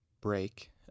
break